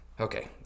Okay